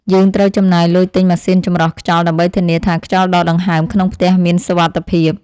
យើងត្រូវចំណាយលុយទិញម៉ាស៊ីនចម្រោះខ្យល់ដើម្បីធានាថាខ្យល់ដកដង្ហើមក្នុងផ្ទះមានសុវត្ថិភាព។